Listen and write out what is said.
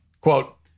Quote